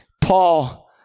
Paul